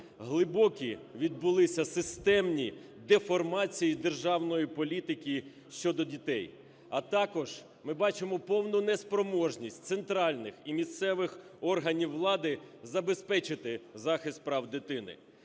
глибокі відбулися, системні деформації державної політики щодо дітей, а також ми бачимо повну неспроможність центральних і місцевих органів влади забезпечити захист прав дитини.